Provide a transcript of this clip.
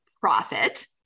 profit